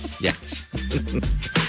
Yes